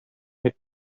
had